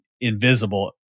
invisible